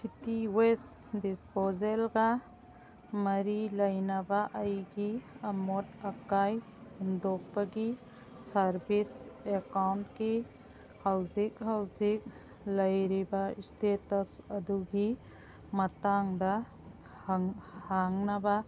city waste ꯗꯤꯁꯄꯣꯖꯦꯜꯒ ꯃꯔꯤ ꯂꯩꯅꯕ ꯑꯩꯒꯤ ꯑꯃꯣꯠ ꯑꯀꯥꯏ ꯍꯨꯟꯗꯣꯛꯄꯒꯤ ꯁꯥꯔꯕꯤꯁ ꯑꯦꯛꯀꯥꯎꯟꯀꯤ ꯍꯧꯖꯤꯛ ꯍꯧꯖꯤꯛ ꯂꯩꯔꯤꯕ ꯏꯁꯇꯦꯇꯁ ꯑꯗꯨꯒꯤ ꯃꯇꯥꯡꯗ ꯍꯪꯅꯕ